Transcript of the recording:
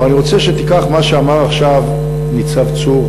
אבל אני רוצה שתיקח מה שאמר עכשיו ניצב צור,